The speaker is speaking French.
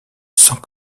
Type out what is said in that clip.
sans